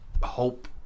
hope